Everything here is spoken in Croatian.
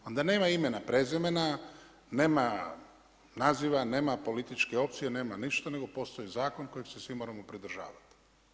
Onda nema imena, prezimena, nema naziva, nema političke opcije, nema ništa nego postoji zakon kojeg se svi moramo pridržavati.